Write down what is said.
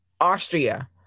Austria